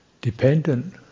dependent